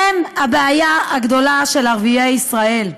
הם הבעיה הגדולה של ערביי ישראל,